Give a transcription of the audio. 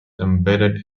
embedded